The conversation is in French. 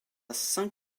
cinq